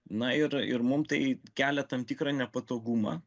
na ir ir mum tai kelia tam tikrą nepatogumą